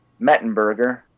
Mettenberger